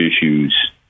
issues